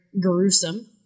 gruesome